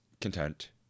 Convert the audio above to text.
content